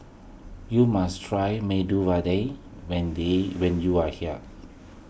you must try Medu Vada when they when you are here